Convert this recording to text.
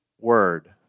word